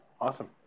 Awesome